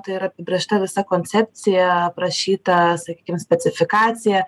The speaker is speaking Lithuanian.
tai yra apibrėžta visa koncepcija aprašyta sakykim specifikacija